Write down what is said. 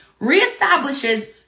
Reestablishes